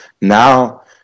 Now